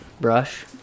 brush